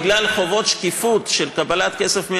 בגלל חובות שקיפות של קבלת כסף מהמדינה,